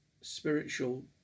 spiritual